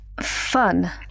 fun